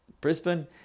Brisbane